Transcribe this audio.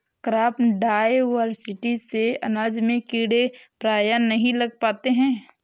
crop diversity से अनाज में कीड़े प्रायः नहीं लग पाते हैं